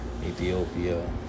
Ethiopia